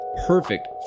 Perfect